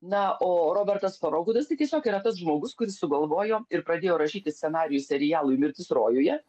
na o robertas farogodas tai tiesiog yra tas žmogus kuris sugalvojo ir pradėjo rašyti scenarijų serialui mirtis rojuje